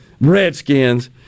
Redskins